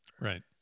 right